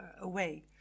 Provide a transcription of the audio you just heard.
away